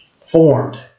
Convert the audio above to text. formed